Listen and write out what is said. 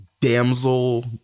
damsel